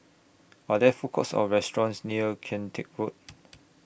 Are There Food Courts Or restaurants near Kian Teck Road